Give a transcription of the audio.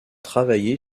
travaillé